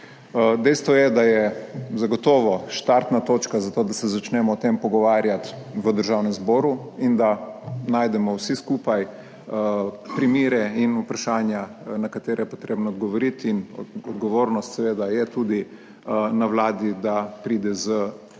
Dejstvo je, da je zagotovo štartna točka za to, da se začnemo o tem pogovarjati v Državnem zboru in da najdemo vsi skupaj primere in vprašanja, na katera je potrebno odgovoriti in odgovornost seveda je tudi na Vladi, da pride z rešitvami